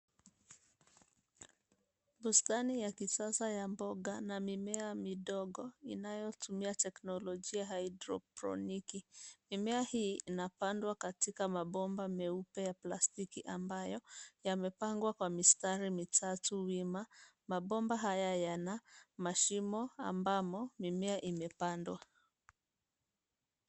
Bustani ya kisasa ya mboga na mimea midogo inayotumia teknolojia ya haidroponiki. Mimea hii inapandwa katika mabomba meupe ya plastiki ambayo yamepangwa kwa mistari mitatu wima. Mabomba haya yana mashimo ambamo mimea imepandwa.